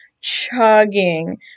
chugging